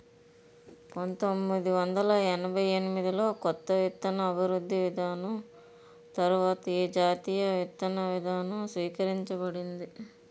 పంతోమ్మిది వందల ఎనభై ఎనిమిది లో కొత్త విత్తన అభివృద్ధి విధానం తర్వాత ఏ జాతీయ విత్తన విధానం స్వీకరించబడింది?